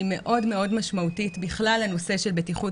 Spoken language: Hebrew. היא מאוד משמעותית בכלל לנושא של בטיחות